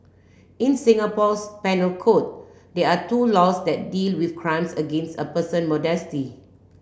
in Singapore's penal code there are two laws that deal with crimes against a person modesty